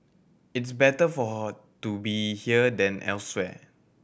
it's better for her to be here than elsewhere